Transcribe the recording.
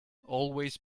always